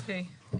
אוקיי.